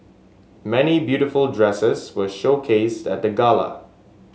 many beautiful dresses were showcased at the gala